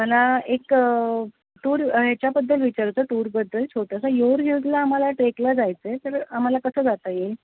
मला एक टूर याच्याबद्दल विचारचं टूरबद्दल छोटंसा येऊर हिलजला आम्हाला ट्रेकला जायचंय तर आम्हाला कसं जाता येईल